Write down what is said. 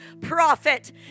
prophet